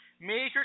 major